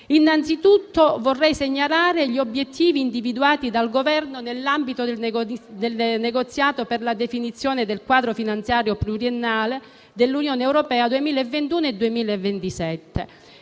innanzitutto segnalare gli obiettivi individuati dal Governo nell'ambito del negoziato per la definizione del quadro finanziario pluriennale dell'Unione europea 2021-2027.